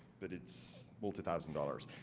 but it's multi-thousand dollars.